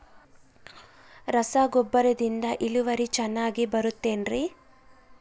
ರಸಗೊಬ್ಬರದಿಂದ ಇಳುವರಿ ಚೆನ್ನಾಗಿ ಬರುತ್ತೆ ಏನ್ರಿ?